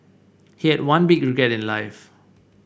he had one big regret in life